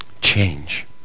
change